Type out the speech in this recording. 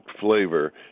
flavor